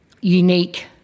unique